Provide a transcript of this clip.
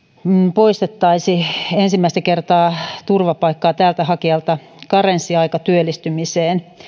poistettaisi ensimmäistä kertaa turvapaikkaa täältä hakevalta karenssiaika työllistymiseen